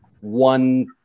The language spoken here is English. one